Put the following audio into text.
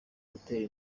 gutera